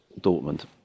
Dortmund